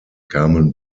kamen